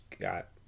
got